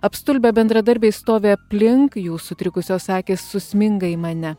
apstulbę bendradarbiai stovi aplink jų sutrikusios akys susminga į mane